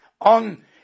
on